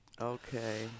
Okay